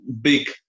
big